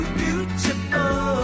beautiful